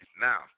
Now